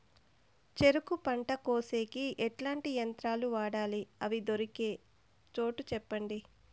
చెరుకు పంట కోసేకి ఎట్లాంటి యంత్రాలు వాడాలి? అవి దొరికే చోటు చెప్పండి?